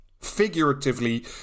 figuratively